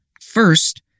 First